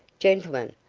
gentlemen,